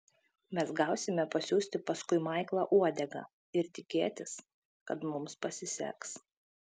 mes gausime pasiųsti paskui maiklą uodegą ir tikėtis kad mums pasiseks